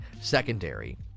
secondary